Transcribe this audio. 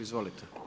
Izvolite.